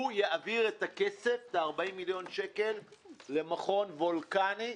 יעביר את הכסף, את ה-40 מיליון שקל למכון וולקני.